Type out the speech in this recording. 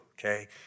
okay